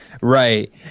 right